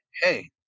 hey